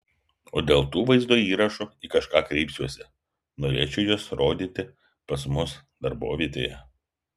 o dėl tų vaizdo įrašų į kažką kreipsiuosi norėčiau juos rodyti pas mus darbovietėje